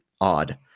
odd